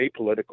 apolitical